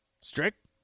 Strict